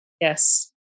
Yes